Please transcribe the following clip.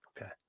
Okay